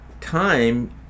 time